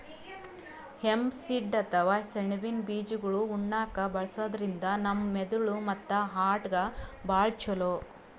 hemp seed ಅಥವಾ ಸೆಣಬಿನ್ ಬೀಜಾಗೋಳ್ ಉಣ್ಣಾಕ್ಕ್ ಬಳಸದ್ರಿನ್ದ ನಮ್ ಮೆದಳ್ ಮತ್ತ್ ಹಾರ್ಟ್ಗಾ ಭಾಳ್ ಛಲೋ